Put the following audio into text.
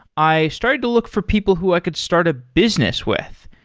i started to look for people who i could start a business with.